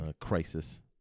crisis